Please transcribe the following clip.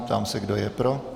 Ptám se, kdo je pro.